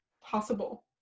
possible